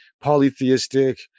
polytheistic